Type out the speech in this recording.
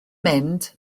mynd